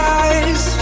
eyes